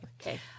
Okay